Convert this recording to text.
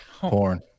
Porn